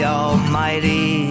almighty